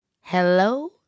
Hello